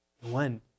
One